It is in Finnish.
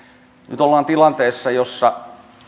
nyt ollaan tilanteessa jossa